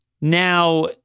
Now